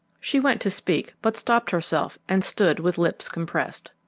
she went to speak, but stopped herself and stood with lips compressed.